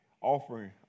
offering